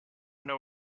know